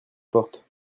porte